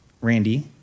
Randy